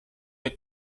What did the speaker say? your